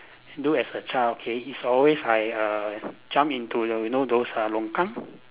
do as a child okay it's always I uh jump into you know those uh longkang